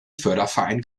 förderverein